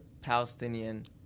Palestinian-